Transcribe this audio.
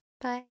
Bye